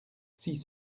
six